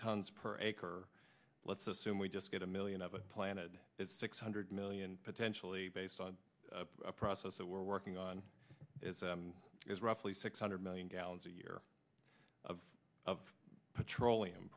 tonnes per acre let's assume we just get a million of it planted it's six hundred million potentially based on a process that we're working on is roughly six hundred million gallons a year of of petroleum